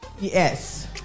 yes